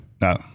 no